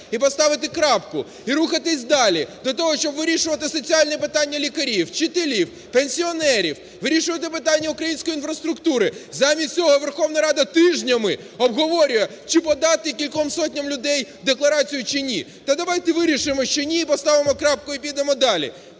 і поставити крапку. І рухатись далі до того, щоб вирішувати соціальні питання лікарів, вчителів, пенсіонерів, вирішувати питання української інфраструктури. Замість цього Верховна Рада тижнями обговорює, чи подати кільком сотням людей декларацію, чи ні? Та давайте вирішимо, що ні, поставимо крапку і підемо далі.